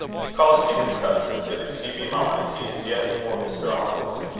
he calls me his cousin but if he be mine, he is yet more mr. arnold's.